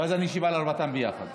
אז אני אשיב על ארבעתן ביחד.